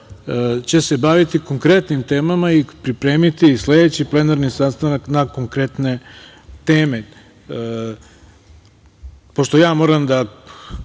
će se baviti konkretnim temama i pripremiti sledeći plenarni sastanak na konkretne teme. Pošto